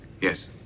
Yes